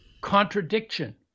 contradiction